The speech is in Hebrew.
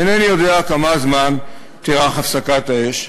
אינני יודע כמה זמן תארך הפסקת האש,